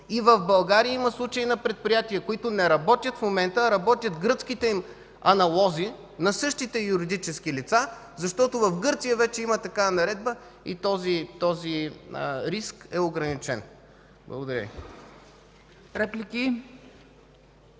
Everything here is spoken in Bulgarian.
И в България има случаи на предприятия, които не работят в момента, а работят гръцките аналози на същите юридически лица, защото в Гърция вече има такава наредба и този риск е ограничен. Благодаря Ви.